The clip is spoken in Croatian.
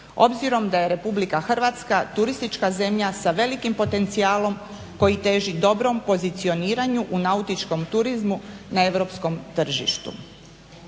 obzirom da je RH turistička zemlja sa velikim potencijalom koji teži dobrom pozicioniranju u nautičkom turizmu na europskom tržištu.